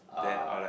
ah